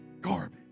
Garbage